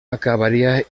acabaria